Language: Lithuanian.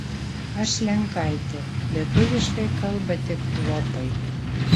aš lenkaitė lietuviškai kalba tik chlopai